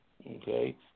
Okay